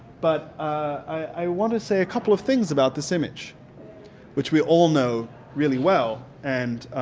but i want to say a couple of things about this image which we all know really well and